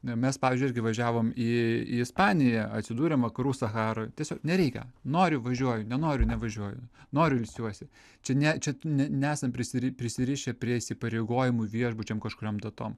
ne mes pavyzdžiui irgi važiavom į į ispaniją atsidūrėm vakarų sacharoj tiesiog nereikia noriu važiuoju nenoriu nevažiuoju noriu ilsiuosi čia ne čia ne nesam prisiri prisirišę prie įsipareigojimų viešbučiam kažkuriom datom